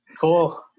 cool